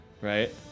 right